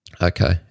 okay